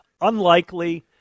Unlikely